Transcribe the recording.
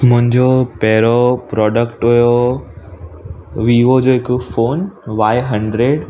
मुंहिंजो पहिरों प्रोडक्ट हुओ वीवो जो हिकु फ़ोन वाए हंड्रेड